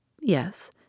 Yes